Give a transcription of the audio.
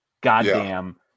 goddamn